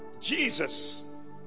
Jesus